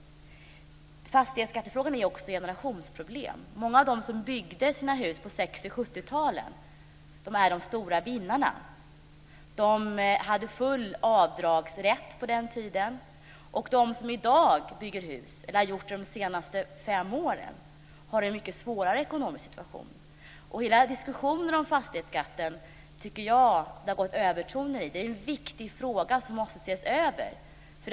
Fastighetsskattefrågan är också ett generationsproblem. Många av dem som byggde sina hus på 1960 och 70-talen är de stora vinnarna. De hade full avdragsrätt på den tiden. De som i dag bygger hus, eller som har gjort det under de senaste fem åren, har en mycket svårare ekonomisk situation. Detta är en viktig fråga som också ses över, men det har som sagt gått övertoner i debatten.